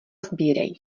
sbírej